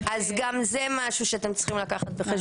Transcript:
אז גם זה משהו שאתם צריכים להביא בחשבון,